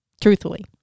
Truthfully